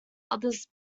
others